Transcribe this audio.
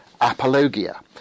apologia